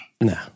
No